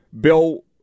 Bill